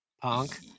punk